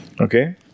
okay